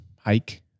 hike